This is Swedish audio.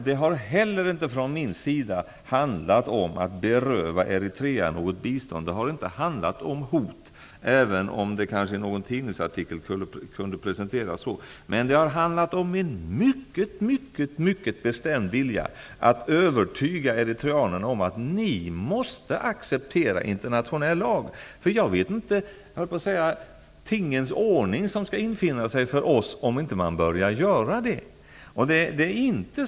Det har inte heller från min sida handlat om att beröva Eritrea något bistånd. Det har inte handlat om hot, även om det kanske i någon tidningsartikel kunde presenteras som så. Det har handlat om en mycket bestämd vilja att övertyga Eritrea om att man måste acceptera internationell lag. För jag vet inte vilken tingens ordning som skulle infinna sig om man inte börjar göra det.